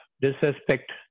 disrespect